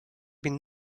been